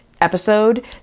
episode